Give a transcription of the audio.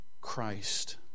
Christ